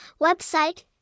Website